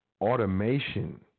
automation